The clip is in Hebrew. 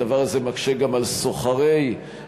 הדבר הזה מקשה גם על שוכרי הרישיונות,